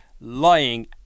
lying